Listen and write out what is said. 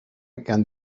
and